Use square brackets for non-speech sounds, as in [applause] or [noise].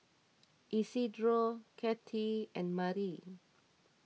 [noise] Isidro Cathey and Mali